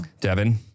Devin